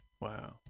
Wow